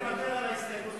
אני מוותר על ההסתייגות שלי.